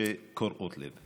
התופעות שקורעות את הלב.